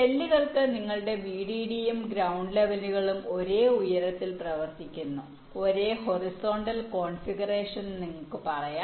സെല്ലുകൾക്ക് നിങ്ങളുടെ VDD യും ഗ്രൌണ്ട് ലൈനുകളും ഒരേ ഉയരത്തിൽ പ്രവർത്തിക്കുന്നു ഒരേ ഹൊറിസോണ്ടൽ കോൺഫിഗറേഷനിൽ നിങ്ങൾക്ക് പറയാം